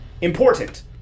Important